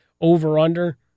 over-under